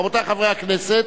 רבותי חברי הכנסת,